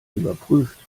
überprüft